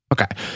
Okay